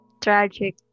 tragic